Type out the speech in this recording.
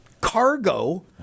cargo